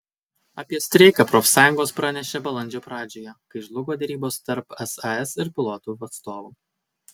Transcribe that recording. apie streiką profsąjungos pranešė balandžio pradžioje kai žlugo derybos tarp sas ir pilotų atstovų